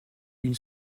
une